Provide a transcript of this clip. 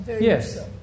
Yes